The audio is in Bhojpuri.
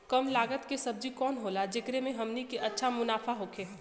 कम लागत के सब्जी कवन होला जेकरा में हमनी के अच्छा मुनाफा होखे?